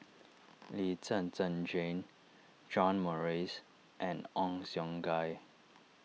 Lee Zhen Zhen Jane John Morrice and Ong Siong Kai